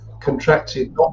contracted